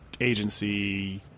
agency